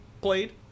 played